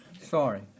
sorry